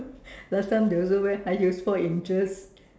last time they also wear high heels four inches